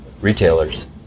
retailers